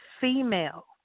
female